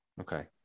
Okay